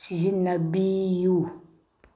ꯁꯤꯖꯤꯟꯅꯕꯤꯌꯨ